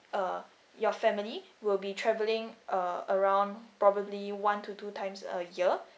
uh your family will be travelling uh around probably one to two times a year